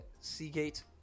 Seagate